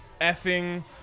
effing